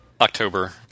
October